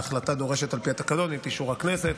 ההחלטה דורשת, על פי התקנון, את אישור הכנסת.